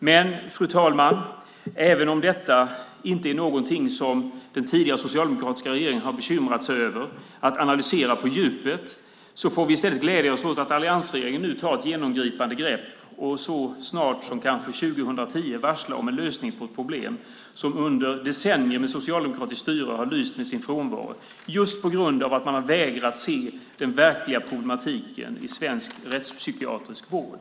Men, fru talman, även om detta inte är någonting som den tidigare socialdemokratiska regeringen har bekymrat sig över att analysera på djupet får vi i stället glädja oss åt att alliansregeringen nu tar ett samlat grepp och kanske så snart som 2010 varslar om en lösning på ett problem som under decennier med socialdemokratiskt styre har lyst med sin frånvaro just på grund av att man har vägrat att se den verkliga problematiken i svensk rättspsykiatrisk vård.